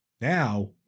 now